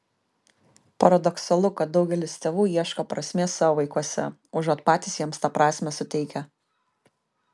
paradoksalu kad daugelis tėvų ieško prasmės savo vaikuose užuot patys jiems tą prasmę suteikę